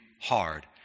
hard